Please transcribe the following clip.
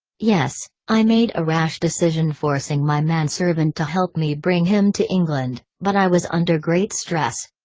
yes, i made a rash decision forcing my manservant to help me bring him to england, but i was under great stress.